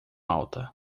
alta